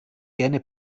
gerne